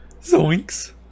Zoinks